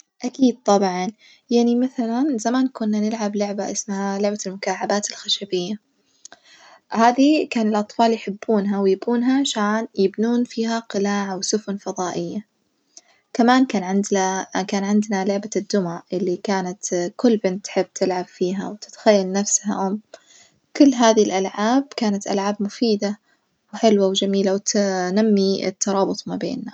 أكيد طبعًا، يعني مثلًا زمان كنا نلعب لعبة اسمها لعبة المكعبات الخشبية، هذي كان الأطفال يحبونها ويبونها عشان يبنون فيها قلاع وسفن فظائية، كمان كان عندلا كان عندنا لعبة الدمى اللي كانت كل بنت تحب تلعب فيها وتتخيل نفسها أم، كل هذي الألعاب كانت ألعاب مفيدة وحلوة وجميلة وتنمي الترابط ما بينا.